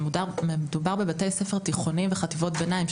מדובר בבתי ספר תיכוניים ובחטיבות ביניים,